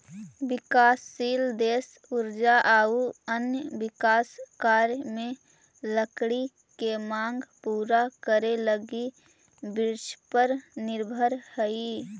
विकासशील देश ऊर्जा आउ अन्य विकास कार्य में लकड़ी के माँग पूरा करे लगी वृक्षपर निर्भर हइ